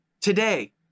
today